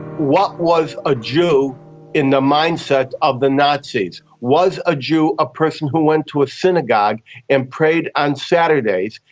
what was a jew in the mindset of the nazis? was a jew a person who went to a synagogue and prayed on saturdays?